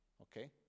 okay